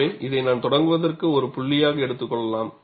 எனவே இதை நான் தொடங்குவதற்கு ஒரு புள்ளியாக எடுத்துக் கொள்ளலாம்